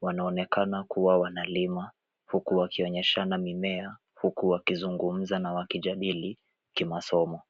wanaonekana kua wanalima huku wakionyeshana na mimea huku wakizungumza na wakijadili kimasomo.